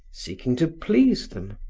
seeking to please them,